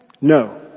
No